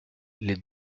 les